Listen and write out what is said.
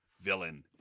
villain